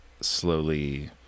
slowly